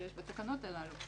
שיש בתקנות הללו,